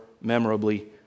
memorably